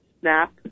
snap